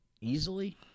Easily